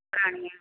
ਪੁਰਾਣੀਆਂ